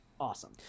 awesome